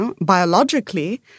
biologically